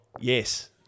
yes